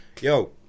yo